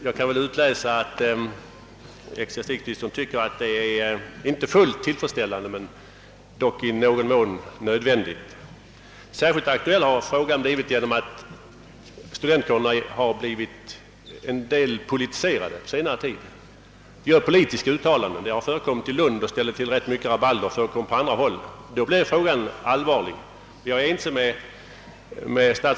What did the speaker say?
Jag kan utläsa att ecklesiastikministern tycker att tvångsanslutning inte är fullt tillfredsställande men dock i någon mån nödvändig. Särskilt aktuell har frågan blivit genom att studentkårerna på senare tid delvis har blivit politiserade. De gör politiska uttalanden — det har förekommit i Lund och ställt till ganska mycket rabalder där, och det har även förekommit på andra håll. Då blir frågan genast allvarligare.